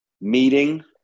meeting